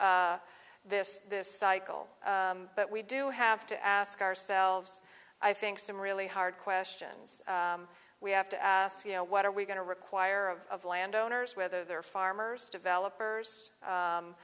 this this cycle but we do have to ask ourselves i think some really hard questions we have to ask you know what are we going to require of of landowners whether they're farmers developers